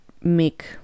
make